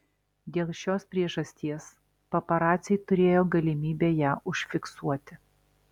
dėl šios priežasties paparaciai turėjo galimybę ją užfiksuoti